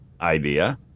idea